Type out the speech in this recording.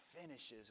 finishes